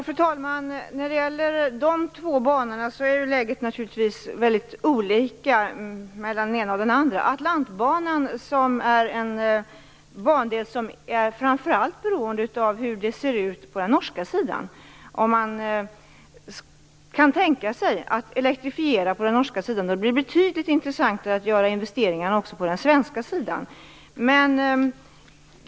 Fru talman! Läget är naturligtvis väldigt olika när det gäller de här två banorna. Atlantbanan är en bandel som framför allt är beroende av hur det ser ut på den norska sidan. Om man kan tänka sig att elektrifiera på den norska sidan blir det betydligt intressantare att göra investeringar också på den svenska sidan.